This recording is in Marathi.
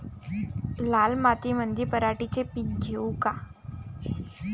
लाल मातीमंदी पराटीचे पीक घेऊ का?